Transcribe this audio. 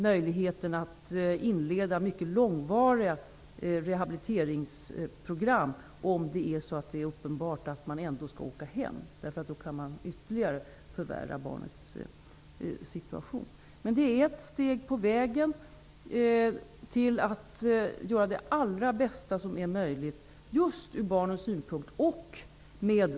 Möjligheterna att inleda mycket långvariga rehabiliteringsprogram bör dock undersökas, om det inte är uppenbart att vederbörande ändå skall åka hem. Risken finns annars att man ytterligare förvärrar barnets situation. Men det är ett steg på vägen att, med barnkonventionen i ryggen, göra det allra bästa möjliga från barnens synpunkt.